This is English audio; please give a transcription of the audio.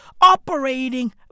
operating